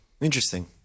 interesting